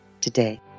today